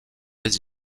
les